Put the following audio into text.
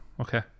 okay